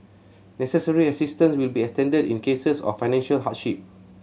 necessary assistance will be extended in cases of financial hardship